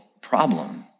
problem